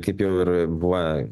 kaip jau ir buvo